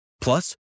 Plus